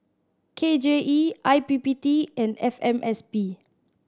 K J E I P P T and F M S P